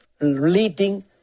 leading